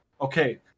Okay